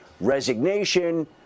Resignation